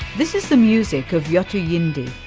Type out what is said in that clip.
this is the music of yothu yindi,